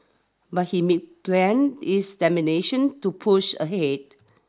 but he made plan his to push ahead